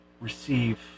receive